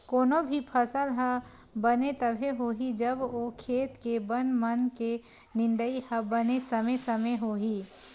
कोनो भी फसल ह बने तभे होही जब ओ खेत के बन मन के निंदई ह बने समे समे होही